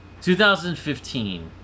2015